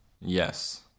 Yes